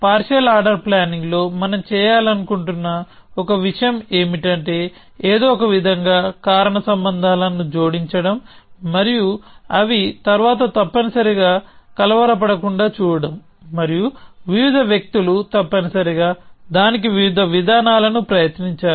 partial order ప్లానింగ్లో మనం చేయాలనుకుంటున్న ఒక విషయం ఏమిటంటే ఏదో ఒక విధంగా కారణ సంబంధాలను జోడించడం మరియు అవి తరువాత తప్పనిసరిగా కలవరపడకుండా చూడటం మరియు వివిధ వ్యక్తులు తప్పనిసరిగా దానికి వివిధ విధానాలను ప్రయత్నించారు